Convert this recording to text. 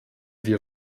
wir